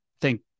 thank